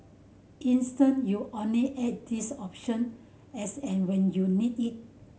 instead you only add this option as and when you need it